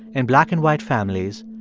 in black and white families,